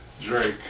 Drake